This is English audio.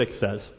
says